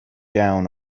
down